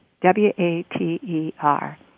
W-A-T-E-R